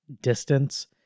distance